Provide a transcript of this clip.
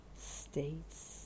states